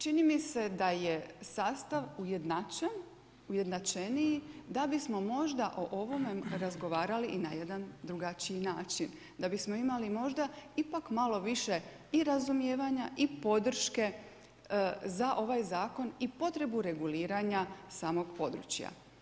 Čini mi se da je sastav ujednačen, ujednačeniji da bismo možda o ovome razgovarali i na jedan drugačiji način, da bismo imali možda ipak malo više i razumijevanja i podrške za ovaj zakon i potrebu reguliranja samog područja.